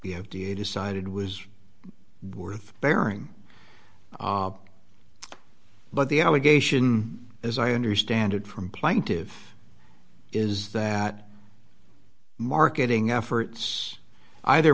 the f d a decided was worth bearing but the allegation as i understand it from plaintive is that marketing efforts either